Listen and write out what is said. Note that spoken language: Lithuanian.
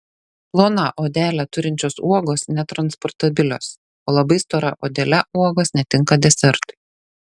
ploną odelę turinčios uogos netransportabilios o labai stora odele uogos netinka desertui